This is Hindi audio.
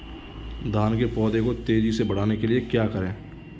धान के पौधे को तेजी से बढ़ाने के लिए क्या करें?